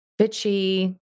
bitchy